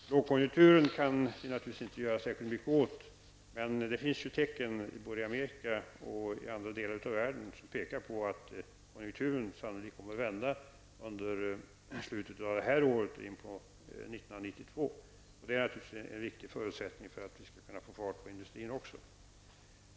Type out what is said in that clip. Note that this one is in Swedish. Lågkonjunkturen kan vi naturligtvis inte göra särskilt mycket åt, men det finns tecken både i Amerika och i andra delar av världen som pekar på att konjunkturen sannolikt kommer att vända under slutet av detta år och in på 1992. Också det är naturligtvis en viktig förutsättning för att vi skall få fart på vår industri.